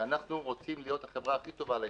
כי אנחנו רוצים להיות החברה הכי טובה לישראלים,